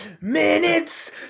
minutes